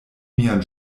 mian